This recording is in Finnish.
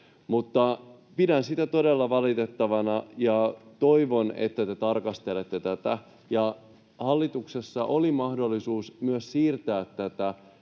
Pidän sitä todella valitettavana, ja toivon, että tarkastelette tätä. Hallituksessa oli mahdollisuus myös siirtää tätä,